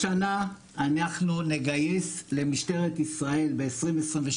השנה אנחנו נגייס למשטרת ישראל ב-2022,